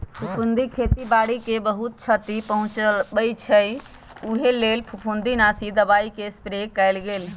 फफुन्दी खेती बाड़ी के बहुत छति पहुँचबइ छइ उहे लेल फफुंदीनाशी दबाइके स्प्रे कएल गेल